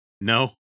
No